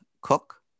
cook